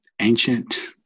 ancient